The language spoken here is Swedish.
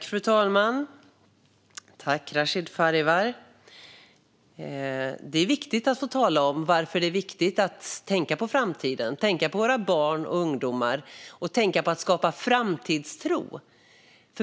Fru talman! Det är viktigt få tala om varför det är viktigt att tänka på framtiden, på våra barn och ungdomar och på att skapa framtidstro.